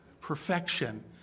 Perfection